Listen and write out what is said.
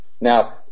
Now